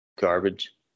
Garbage